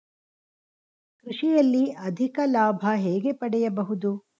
ಕೃಷಿಯಲ್ಲಿ ಅಧಿಕ ಲಾಭ ಹೇಗೆ ಪಡೆಯಬಹುದು?